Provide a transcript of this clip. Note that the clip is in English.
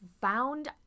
found